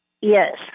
Yes